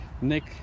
Nick